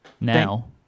Now